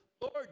Lord